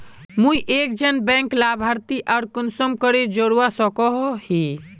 मुई एक जन बैंक लाभारती आर कुंसम करे जोड़वा सकोहो ही?